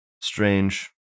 Strange